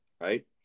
right